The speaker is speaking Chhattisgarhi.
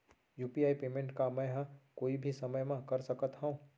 यू.पी.आई पेमेंट का मैं ह कोई भी समय म कर सकत हो?